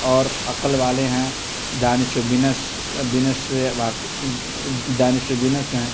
اور عقل والے ہیں دانش و بینش بینش دانش و بینس ہیں